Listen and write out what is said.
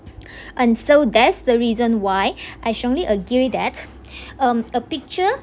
and so that's the reason why I strongly agree that um a picture